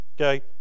okay